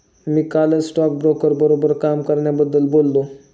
मी कालच स्टॉकब्रोकर बरोबर काम करण्याबद्दल बोललो